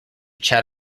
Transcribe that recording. chat